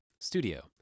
Studio